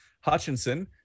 Hutchinson